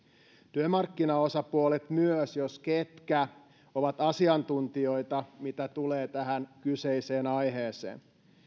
työmarkkinaosapuolet jos ketkä ovat asiantuntijoita mitä tulee tähän kyseiseen aiheeseen